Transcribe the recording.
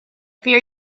fear